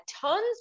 tons